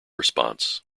response